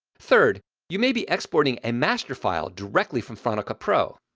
third, you may be exporting a master file directly from final cut pro.